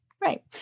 Right